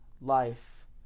life